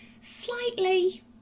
slightly